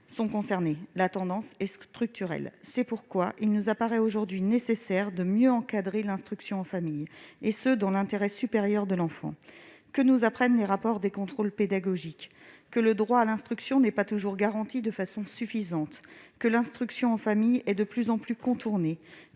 sont concernées. La tendance étant structurelle, il nous paraît aujourd'hui nécessaire de mieux encadrer l'instruction en famille, dans l'intérêt supérieur de l'enfant. Que nous apprennent les rapports des contrôles pédagogiques ? Que le droit à l'instruction n'est pas toujours garanti de façon suffisante ; que l'instruction en famille est de plus en plus détournée